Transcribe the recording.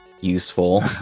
useful